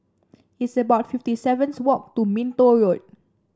it's about fifty seven walk to Minto Road